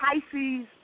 Pisces